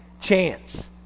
chance